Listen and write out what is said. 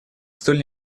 столь